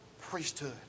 priesthood